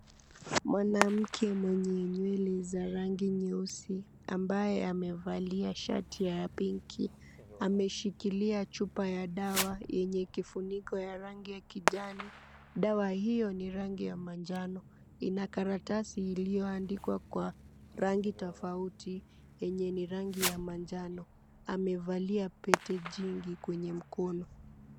Mwanamke mwenye nywele za rangi nyeusi, ambaye amevalia shati ya pinki ameshikilia chupa ya dawa yenye kifuniko ya rangi ya kijani. Dawa hiyo ni rangi ya manjano ina karatasi iliyoandikwa kwa rangi tofauti yenye ni rangi ya manjano. Amevalia pete jingi kwenye mkono.